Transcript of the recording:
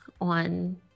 on